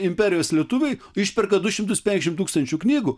imperijos lietuviai išperka du šimtus penkiasdešimt tūkstančių knygų